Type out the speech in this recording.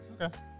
Okay